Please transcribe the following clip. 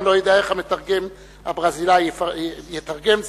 ואני לא יודע איך המתרגם הברזילאי יתרגם זאת,